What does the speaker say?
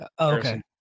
Okay